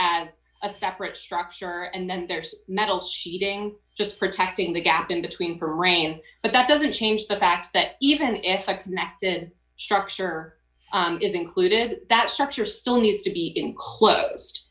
as a separate structure and then there's metal sheeting just protecting the gap in between for rain but that doesn't change the fact that even if i connected structure is included that structure still needs to be enclosed